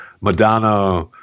Madonna